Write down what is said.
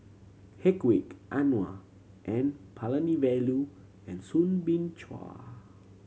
Hedwig Anuar N Palanivelu and Soo Bin Chua